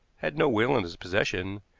had no will in his possession,